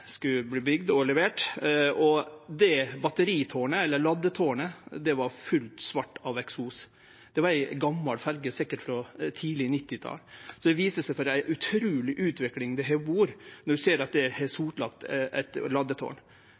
levert, og batteritårnet, eller ladetårnet, var heilt svart av eksos. Det var ei gammal ferje, sikkert frå tidleg 1990-talet. Det viser kva for ei utruleg utvikling det har vore, når ein ser at eit ladetårn er heilt sotlagt.